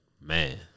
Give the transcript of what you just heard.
Man